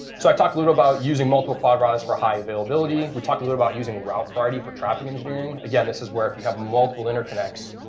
so i talked a little about using multiple cloud routers for high availability. we talked a little about using route priority for traffic engineering. again, this is where if you have multiple interconnects,